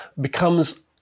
becomes